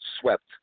Swept